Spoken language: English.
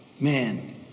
man